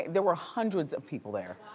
there were hundreds of people there.